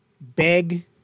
Beg